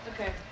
Okay